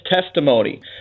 testimony